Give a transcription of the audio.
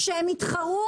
שהם יתחרו,